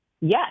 Yes